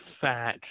fat